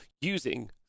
using